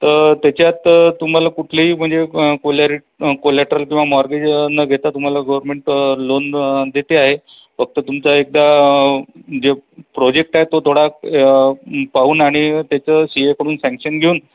त त्याच्यात तुम्हाला कुठलेही म्हणजे कोलॅरीट कोलॅटरल किंवा मॉर्गेज न घेता तुम्हाला गव्हर्मेंट लोन देते आहे फक्त तुमचा एकदा जे प्रोजेक्ट आहे तो थोडा पाहून आणि त्याचं सीएकडून सँक्शन घेऊन